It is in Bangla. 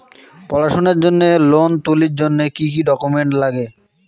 পড়াশুনার জন্যে লোন তুলির জন্যে কি কি ডকুমেন্টস নাগে?